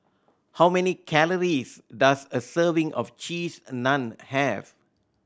how many calories does a serving of Cheese Naan have